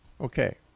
Okay